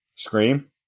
scream